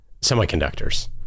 semiconductors